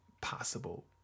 possible